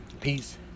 Peace